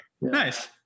nice